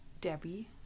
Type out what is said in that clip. Debbie